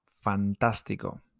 fantástico